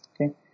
Okay